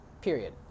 period